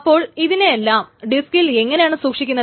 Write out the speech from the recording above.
അപ്പോൾ ഇതിനെയെല്ലാം ഡിസ്കിൽ എങ്ങനെയാണ് സൂക്ഷിക്കുന്നത്